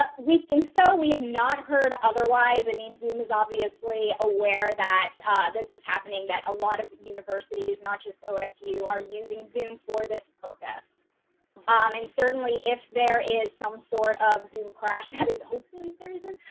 but we think, so we have not heard. otherwise, i mean zoom is obviously aware that this is happening that a lot of universities, not just osu are using zoom for this purpose. shari beck um and certainly if there is some sort of zoom crash that is hopefully there isn't.